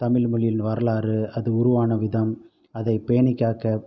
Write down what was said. தமிழ்மொழியின் வரலாறு அது உருவான விதம் அதை பேணி காக்க